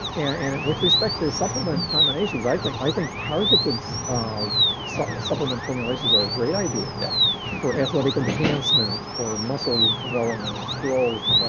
and with respect to supplement combinations, i think i think targeted so sort of supplement formulations are a great idea. yeah for athletic enhancement, for muscle development, growth,